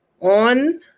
on